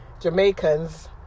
Jamaicans